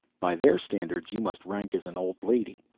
by their standards you must rank as an old lady.